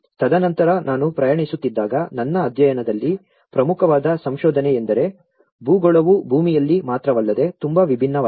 ತದನಂತರ ನಾನು ಪ್ರಯಾಣಿಸುತ್ತಿದ್ದಾಗ ನನ್ನ ಅಧ್ಯಯನದಲ್ಲಿ ಪ್ರಮುಖವಾದ ಸಂಶೋಧನೆಯೆಂದರೆ ಭೂಗೋಳವು ಭೂಮಿಯಲ್ಲಿ ಮಾತ್ರವಲ್ಲದೆ ತುಂಬಾ ವಿಭಿನ್ನವಾಗಿದೆ